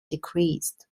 decreased